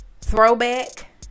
throwback